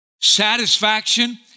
satisfaction